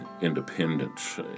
Independence